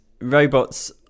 robots